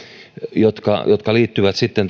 jotka jotka liittyvät sitten